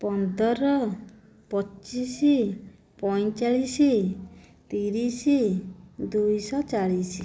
ପନ୍ଦର ପଚିଶ ପଇଁଚାଳିଶ ତିରିଶ ଦୁଇଶହ ଚାଳିଶ